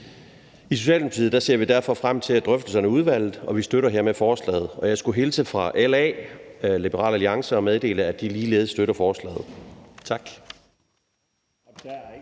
I Socialdemokratiet ser vi derfor frem til drøftelserne i udvalget, og vi støtter hermed forslaget. Og jeg skulle hilse fra Liberal Alliance og meddele, at de ligeledes støtter forslaget. Tak.